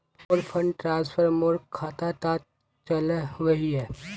मोर fund transfer मोर खातात चले वहिये